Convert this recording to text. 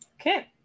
Okay